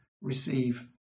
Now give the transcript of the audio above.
receive